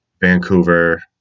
Vancouver